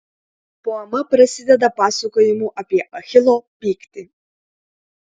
poema prasideda pasakojimu apie achilo pyktį